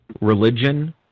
religion